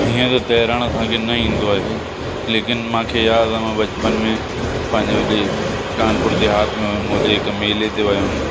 हींअर त तरण असांखे न ईंदो आहे लेकिनि मांखे याद आहे मां बचपन में पंहिंजे होॾे कानपुर देहात में हुअमि होॾे हिकु मेले ते वियो हुअमि